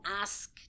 ask